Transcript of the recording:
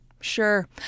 Sure